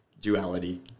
duality